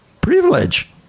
privilege